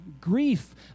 grief